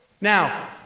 Now